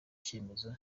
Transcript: cyemezo